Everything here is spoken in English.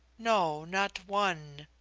no, not one.